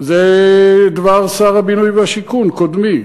זה דבר שר הבינוי והשיכון קודמי.